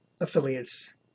affiliates